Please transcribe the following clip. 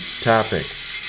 topics